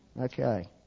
Okay